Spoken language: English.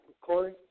Corey